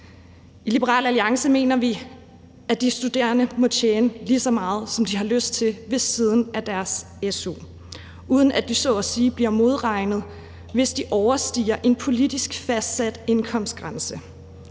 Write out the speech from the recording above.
I Liberal Alliance mener vi, at de studerende må tjene lige så meget, som de har lyst til, ved siden af deres su, uden at de så at sige bliver modregnet, hvis de overstiger en politisk fastsat indkomstgrænse.